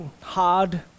hard